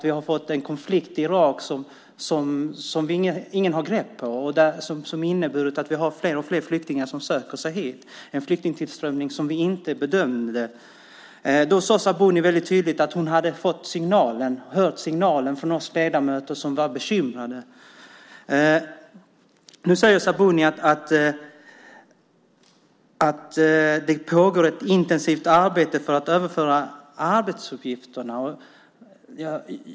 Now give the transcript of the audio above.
Vi har fått en konflikt i Irak som ingen har grepp om och som har inneburit att fler och fler flyktingar söker sig hit. Det är en flyktingtillströmning som vi inte räknade med. Då sade Sabuni väldigt tydligt att hon hade hört signalen från oss ledamöter som var bekymrade. Nu säger Sabuni att det pågår ett intensivt arbete för att överföra arbetsuppgifterna.